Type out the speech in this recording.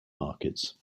markets